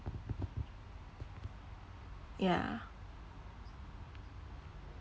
ya